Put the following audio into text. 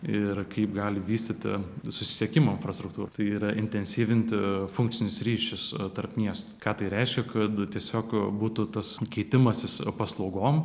ir kaip gali vystyti susisiekimo infrastruktūrą tai yra intensyvinti funkcinius ryšius tarp miestų ką tai reiškia kad tiesiog būtų tas keitimasis paslaugom